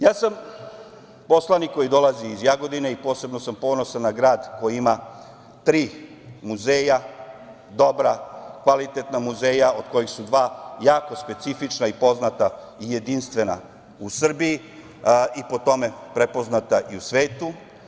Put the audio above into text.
Ja sam poslanik koji dolazi iz Jagodine i posebno sam ponosan na grad koji ima tri muzeja dobra, kvalitetna muzeja, od kojih su dva jako specifična i poznata i jedinstvena u Srbiji i po tome prepoznata i u svetu.